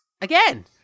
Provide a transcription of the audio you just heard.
Again